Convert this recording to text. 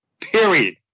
Period